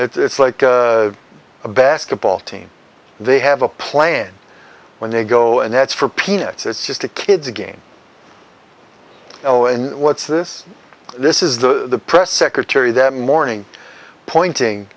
it's like a basketball team they have a plan when they go and that's for peanuts it's just a kid's game oh and what's this this is the press secretary that morning pointing